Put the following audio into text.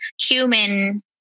human